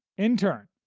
in turn,